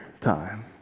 time